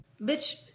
Bitch